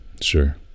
Sure